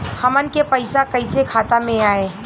हमन के पईसा कइसे खाता में आय?